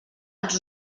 els